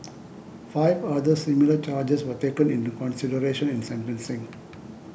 five other similar charges were taken into consideration in sentencing